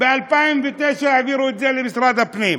ב-2009 העבירו את זה למשרד הפנים,